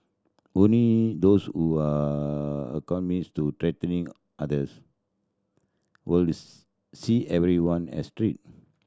only those who are to threatening others will see everyone as treat